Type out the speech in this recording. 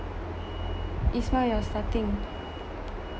ismail you're starting